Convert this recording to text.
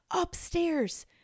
upstairs